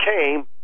came